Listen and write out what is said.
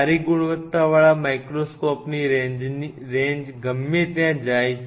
સારી ગુણવત્તા વાળા માઇક્રોસ્કોપની રેન્જ ગમે ત્યાં જાય છે